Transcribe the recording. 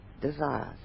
desires